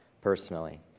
personally